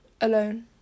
alone